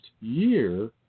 year